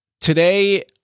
Today